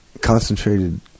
concentrated